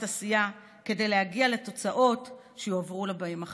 עשייה כדי להגיע לתוצאות שיועברו לבאים אחרינו.